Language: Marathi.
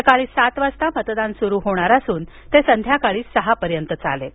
सकाळी सात वाजता मतदान सुरू होणार असून ते संध्याकाळी सहापर्यंत चालेल